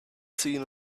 seen